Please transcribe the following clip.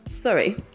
sorry